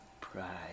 pride